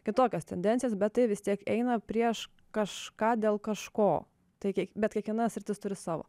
kitokias tendencijas bet tai vis tiek eina prieš kažką dėl kažko tai kiek bet kiekviena sritis turi savo